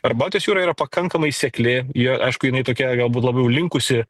ar baltijos jūra yra pakankamai sekli ji aišku jinai tokia galbūt labiau linkusi